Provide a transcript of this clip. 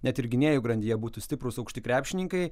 net ir gynėjų grandyje būtų stiprūs aukšti krepšininkai